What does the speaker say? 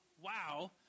wow